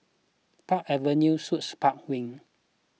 Park Avenue Suites Park Wing